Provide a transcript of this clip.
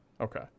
okay